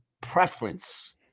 preference